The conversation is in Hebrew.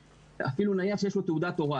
אפילו נניח שיש לו תעודת הוראה,